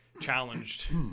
challenged